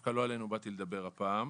דווקא לא עלינו באתי לדבר הפעם.